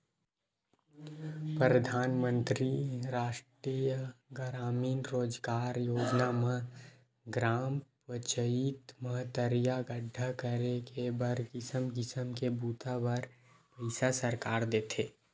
परधानमंतरी रास्टीय गरामीन रोजगार योजना म ग्राम पचईत म तरिया गड्ढ़ा करे के बर किसम किसम के बूता बर पइसा सरकार देथे